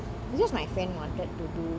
it's just my friend wanted to do